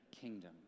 kingdom